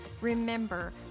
Remember